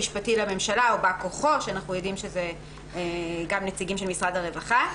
המשפטי לממשלה או בא כוחו כמו נציגים של משרד הרווחה.